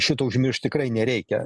šito užmiršt tikrai nereikia